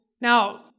now